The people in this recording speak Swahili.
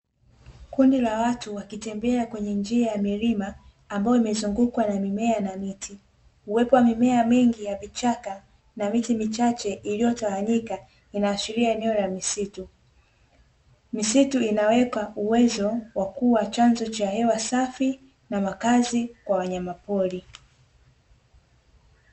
Kundi la watu wakitembea kwenye njia ya milima ambayo imezungukwa na mimea na miti, uwepo wa mimea mengi ya vichaka na miti michache iliyotawanyika inaashiria eneo la misitu. Misitu inawekwa uwezo wa kuwa chanzo cha hewa safi na makazi kwa wanyamapori.